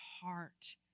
heart